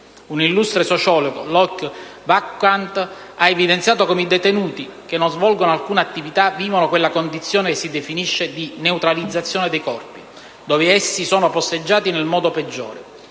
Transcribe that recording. Un illustre sociologo, Loïc Wacquant, ha evidenziato come i detenuti che non svolgono alcuna attività vivono quella condizione che si definisce di neutralizzazione dei corpi, dove essi sono posteggiati nel modo peggiore;